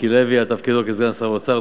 מיקי לוי על תפקידו כסגן שר האוצר,